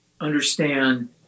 understand